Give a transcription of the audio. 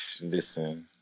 Listen